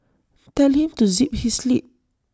tell him to zip his lip